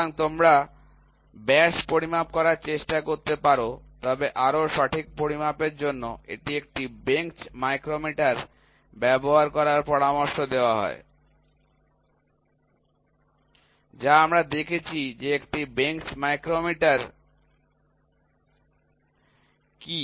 সুতরাং তোমরা ব্যাস পরিমাপ করার চেষ্টা করতে পার তবে আরও সঠিক পরিমাপের জন্য এটি একটি বেঞ্চ মাইক্রোমিটার ব্যবহার করার পরামর্শ দেওয়া হয় যা আমরা দেখেছি যে একটি বেঞ্চ মাইক্রোমিটার কি